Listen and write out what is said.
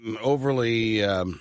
overly—